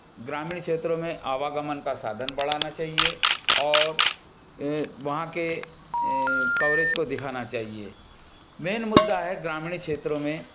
ग्रामीण क्षेत्रों में आवागमन का साधन बढ़ाना चाहिए और वहाँ के कवरेज को दिखाना चाहिए मेन मुद्दा है ग्रामीण क्षेत्रों में